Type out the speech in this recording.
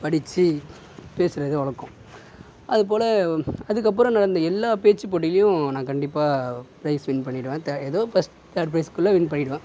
படிச்சு பேசுகிறது வழக்கம் அதுப்போல் அதுக்கப்புறம் நடந்த எல்லா பேச்சுப்போட்டிலையும் நான் கண்டிப்பாக ப்ரைஸ் வின் பண்ணிவிடுவன் த எதோ ஃபர்ஸ்ட் தேர்ட் ப்ரைஸ்க்குள்ளே வின் பண்ணிவிடுவன்